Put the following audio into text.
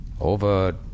Over